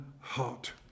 heart